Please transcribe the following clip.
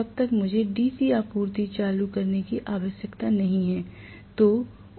तब तक मुझे DC आपूर्ति चालू करने की आवश्यकता नहीं है